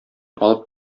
алып